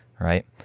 Right